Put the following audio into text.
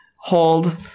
hold